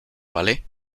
vale